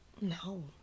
No